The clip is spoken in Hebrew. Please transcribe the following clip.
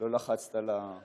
לא לחצת על,